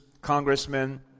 congressmen